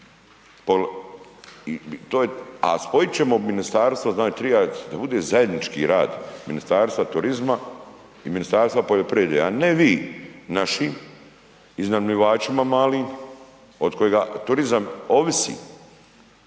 A spojit ćemo ministarstvo da bude zajednički rad Ministarstva turizma i Ministarstva poljoprivrede, a ne vi našim iznajmljivačima malim od kojega turizam ovisi